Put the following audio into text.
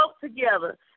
together